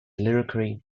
lyrically